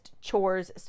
chores